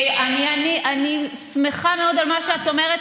אני שמחה מאוד על מה שאת אומרת,